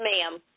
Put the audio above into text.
ma'am